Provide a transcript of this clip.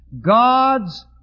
God's